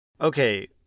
Okay